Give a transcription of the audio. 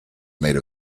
made